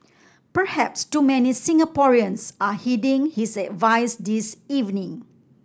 perhaps too many Singaporeans are heeding his advice this evening